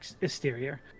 exterior